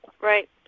Right